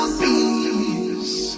peace